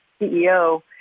CEO